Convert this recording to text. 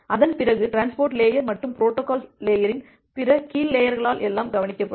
அதன் பிறகு transport layer மற்றும் பொரோட்டோகால் லேயரின் பிற கீழ் லேயர்களால் எல்லாம் கவனிக்கப்படும்